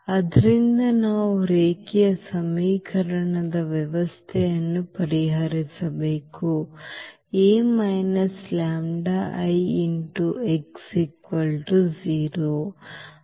ಆದ್ದರಿಂದ ನಾವು ರೇಖೀಯ ಸಮೀಕರಣದ ವ್ಯವಸ್ಥೆಯನ್ನು ಪರಿಹರಿಸಬೇಕು A λI x 0